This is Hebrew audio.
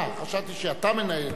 אה, חשבתי שאתה מנהל.